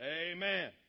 Amen